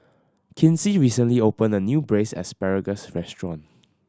Kinsey recently opened a new Braised Asparagus restaurant